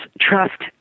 trust